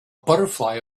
butterfly